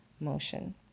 motion